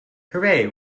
hooray